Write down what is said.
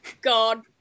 God